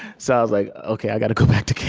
so i was like, ok, i gotta go back to